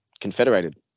confederated